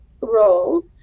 role